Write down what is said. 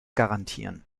garantieren